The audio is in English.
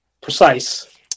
precise